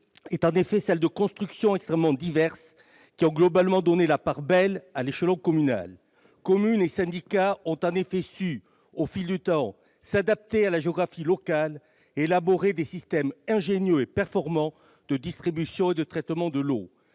est en effet celle de constructions qui, quoiqu'extrêmement diverses, ont globalement donné la part belle à l'échelon communal. Communes et syndicats ont su, au fil du temps, s'adapter à la géographie locale et élaborer des systèmes ingénieux et performants de distribution et de traitement de l'eau.